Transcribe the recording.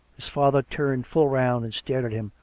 his father turned full round and stared at him.